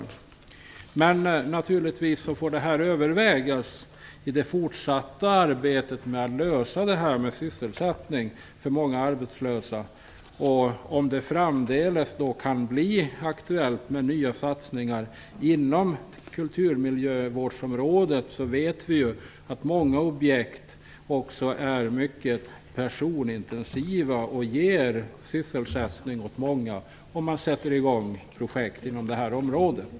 Naturligtvis får detta övervägas i det fortsatta arbetet med att lösa problemet med sysselsättning för många arbetslösa. Om det framdeles kan bli aktuellt med nya satsningar inom kulturmiljövårdsområdet vet vi att många objekt är mycket personintensiva och ger sysselsättning åt många.